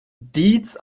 deeds